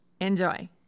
Enjoy